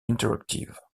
interactive